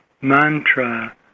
mantra